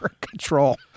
control